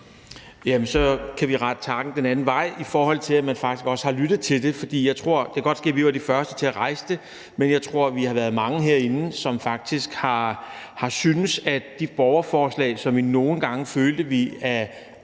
så kan vi rette takken den anden vej, i forhold til at man faktisk også har lyttet til forslaget. Det kan godt ske, at vi var de første til at rejse det, men jeg tror, at vi er mange herinde, som faktisk har haft det sådan med de borgerforslag, som vi nogle gange følte at vi af